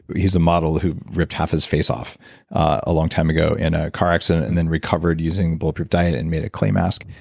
he's the model who ripped half his face off a long time ago in a car accident and then recovered using bulletproof diet and made a lay mask.